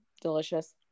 delicious